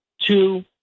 Two